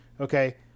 Okay